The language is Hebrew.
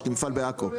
יש לי מפעל בעכו.